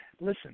listen